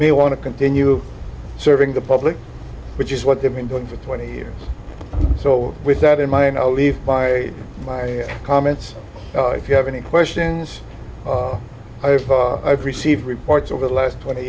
we want to continue serving the public which is what they've been doing for twenty years so with that in mind i'll leave by my comments if you have any questions i have i've received reports over the last twenty